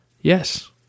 Yes